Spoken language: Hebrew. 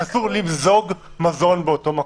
שאסור לשים מזון באותו מקום.